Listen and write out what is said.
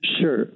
Sure